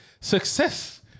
Success